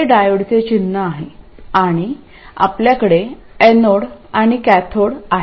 हे डायोडचे चिन्ह आहे आणि आपल्याकडे एनोड आणि कॅथोड आहे